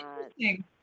interesting